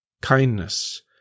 kindness